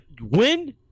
win